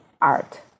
art